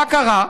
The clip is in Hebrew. מה קרה?